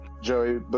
Joey